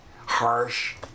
harsh